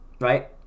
right